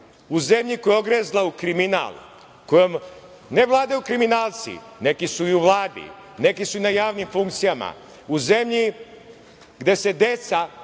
u zemlji koja je ogrezla u kriminal, kojom ne vladaju kriminalci, neki su i u Vladi, neki su na javnim funkcijama, u zemlji gde se deca